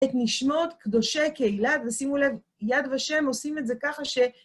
את נשמות קדושי קהילת, ושימו לב, יד ושם עושים את זה ככה ש...